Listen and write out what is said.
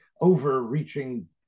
overreaching